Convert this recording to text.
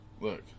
Look